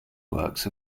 works